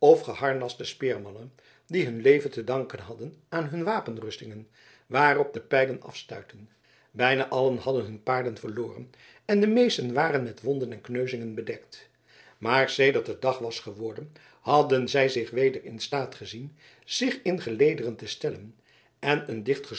of geharnaste speermannen die hun leven te danken hadden aan hun wapenrustingen waarop de pijlen afstuitten bijna allen hadden hun paarden verloren en de meesten waren met wonden en kneuzingen bedekt maar sedert het dag was geworden hadden zij zich weder in staat gezien zich in gelederen te stellen en een